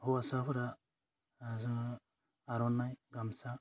हौवासाफोरा जोङो आर'नाइ गामसा